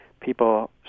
people